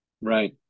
Right